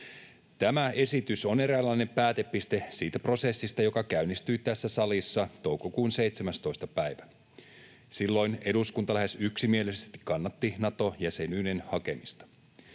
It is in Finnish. Tämä esitys on eräänlainen päätepiste siitä prosessista, joka käynnistyi tässä salissa toukokuun 17. päivä. Silloin eduskunta lähes yksimielisesti kannatti Nato-jäsenyyden hakemista.